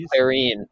Clarine